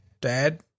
dad